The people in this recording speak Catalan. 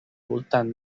voltant